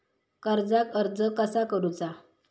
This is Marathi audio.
कर्जाक अर्ज कसा करुचा?